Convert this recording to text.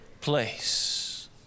place